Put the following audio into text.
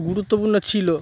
গুরুত্বপূর্ণ ছিল